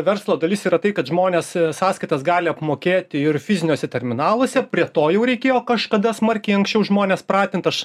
verslo dalis yra tai kad žmonės sąskaitas gali apmokėti ir fiziniuose terminaluose prie to jau reikėjo kažkada smarkiai anksčiau žmones pratint aš